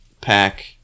pack